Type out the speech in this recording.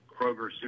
Kroger